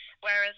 Whereas